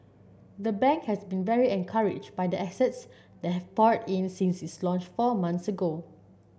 the bank has been very encouraged by the assets that have poured in since its launch four months ago